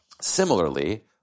Similarly